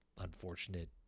unfortunate